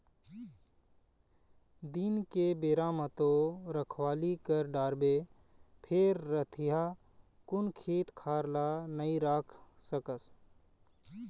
दिन के बेरा म तो रखवाली कर डारबे फेर रतिहा कुन खेत खार ल नइ राख सकस